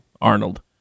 Arnold